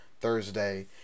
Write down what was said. Thursday